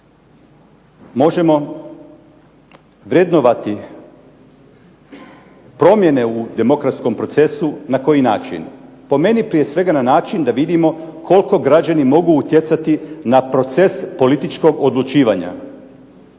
možemo vrednovati promjene u demokratskom procesu, na koji način? Prije svega na način da vidimo koliko građani mogu utjecati na proces političkog odlučivanja.